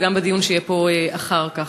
וגם בדיון שיהיה פה אחר כך.